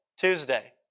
Tuesday